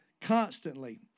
constantly